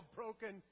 broken